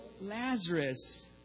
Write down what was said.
Lazarus